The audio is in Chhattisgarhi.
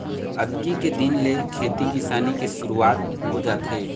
अक्ती के दिन ले खेती किसानी के सुरूवात हो जाथे